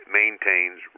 maintains